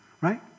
right